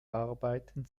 arbeiten